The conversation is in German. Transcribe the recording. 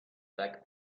back